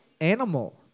animal